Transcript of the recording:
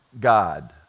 God